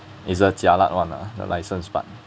is the jialat one lah the license part